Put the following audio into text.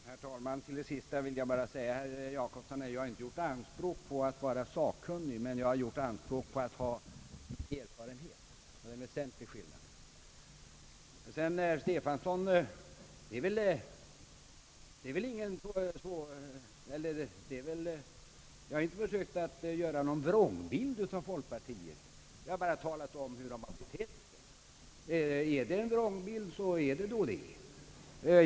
Herr talman! Till herr Jacobsson vill jag bara säga att jag inte har gjort anspråk på att vara sakkunnig på detta område. Jag har gjort anspråk på att ha en smula erfarenhet, och det är en väsentlig skillnad. Jag har inte, herr Stefanson, försökt att ge någon vrångbild av folkpartiets politik. Jag har bara talat om hur folkpartiet betett sig. Är det en vrångbild, så är det väl det.